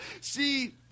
See